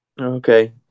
okay